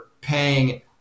paying